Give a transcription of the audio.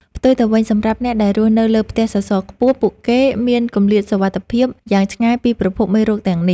ផ្ទុយទៅវិញ សម្រាប់អ្នកដែលរស់នៅលើផ្ទះសសរខ្ពស់ ពួកគេមានគម្លាតសុវត្ថិភាពយ៉ាងឆ្ងាយពីប្រភពមេរោគទាំងនេះ។